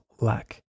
lack